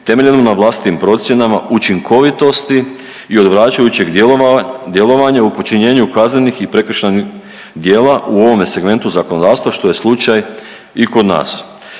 temeljenom na vlastitim procjenama učinkovitosti i odvraćajućeg djelovanja u počinjenju kaznenih i prekršajnih djela u ovome segmentu zakonodavstva, što je slučaj i kod nas.